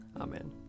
Amen